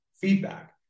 feedback